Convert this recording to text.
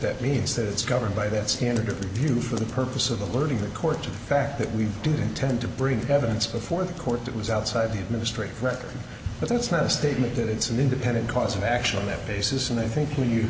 that means that it's governed by that standard or you for the purpose of the learning the court to the fact that we did intend to bring evidence before the court that was outside of the administrative record but it's not a statement that it's an independent cause of action on that basis and i think when you